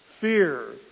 fear